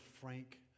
Frank